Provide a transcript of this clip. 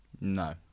no